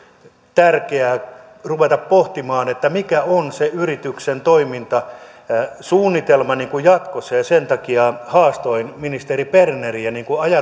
tärkeää ruveta pohtimaan mikä on se yrityksen toimintasuunnitelma jatkossa sen takia haastoin ministeri berneriä